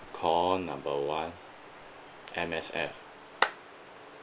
call number one M_S_F